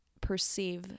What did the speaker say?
perceive